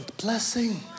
blessing